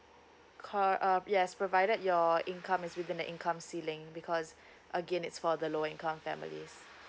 uh yes provided your income is within the income ceiling because again it's for the low income families